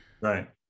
Right